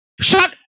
Shut